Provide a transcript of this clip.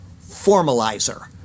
formalizer